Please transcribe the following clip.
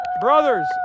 Brothers